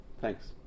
Thanks